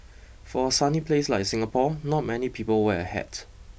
for a sunny place like Singapore not many people wear a hat